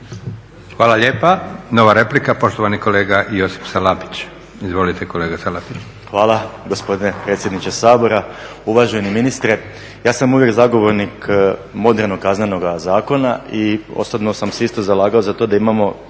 Hvala lijepa. Nova replika, poštovani kolega Josip Salapić. Izvolite kolega Salapić. **Salapić, Josip (HDSSB)** Hvala gospodine predsjedniče Sabora. Uvaženi ministre ja sam uvijek zagovornik modernog Kaznenoga zakona i osobno sam se isto zalagao za to da imamo